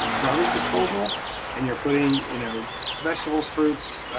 garbage disposal and you're putting you know vegetables, fruits,